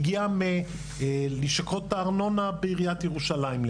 הגיע מלשכות הארנונה בעיריית ירושלים,